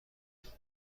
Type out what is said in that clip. شناسا